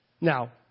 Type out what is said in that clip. Now